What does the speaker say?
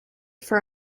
for